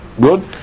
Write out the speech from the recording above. Good